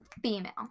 female